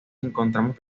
encontramos